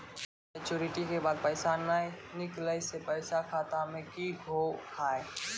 Maturity के बाद पैसा नए निकले से पैसा खाता मे की होव हाय?